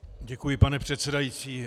Děkuji, pane předsedající.